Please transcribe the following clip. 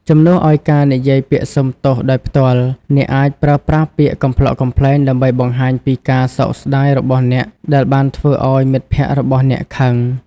ជំនួសឱ្យការនិយាយពាក្យសុំទោសដោយផ្ទាល់ អ្នកអាចប្រើប្រាស់ពាក្យកំប្លុកកំប្លែងដើម្បីបង្ហាញពីការសោកស្តាយរបស់អ្នកដែលបានធ្វើឱ្យមិត្តភក្តិរបស់អ្នកខឹង។